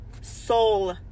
soul